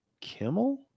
kimmel